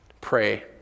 Pray